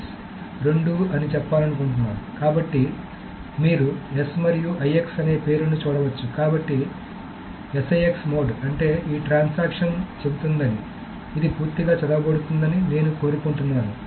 రెండూ అని చెప్పాలనుకుంటున్నాను కాబట్టి మీరు S మరియు IX అనే పేరును చూడవచ్చు కాబట్టి SIX మోడ్ అంటే ఈ ట్రాన్సాక్షన్ చెబుతోందని ఇది పూర్తిగా చదవబడుతోందని నేను కోరుకుంటున్నాను